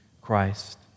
Christ